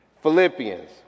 Philippians